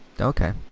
Okay